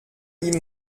ihm